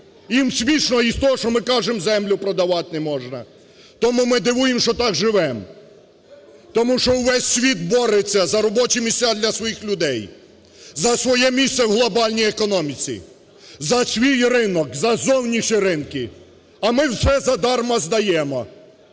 їм смішно з того, що ми кажемо землю продавати не можна, тому ми дивуємося, що так живемо. Тому що весь світ бореться за робочі місця для своїх людей, за своє місце в глобальній економіці, за свій ринок, за зовнішні ринки, а ми все задарма здаємо,